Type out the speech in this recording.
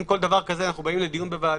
אל לכל דבר כזה אנחנו באים לדיון בוועדה,